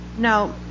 Now